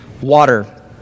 water